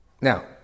Now